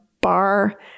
bar